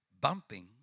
bumping